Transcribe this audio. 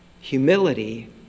Humility